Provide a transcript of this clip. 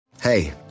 Hey